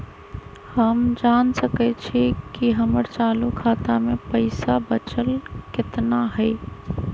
हम जान सकई छी कि हमर चालू खाता में पइसा बचल कितना हई